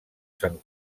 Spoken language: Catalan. sant